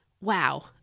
wow